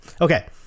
Okay